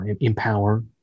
empower